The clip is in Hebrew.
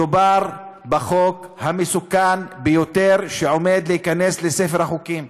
מדובר בחוק המסוכן ביותר שעומד להיכנס לספר החוקים.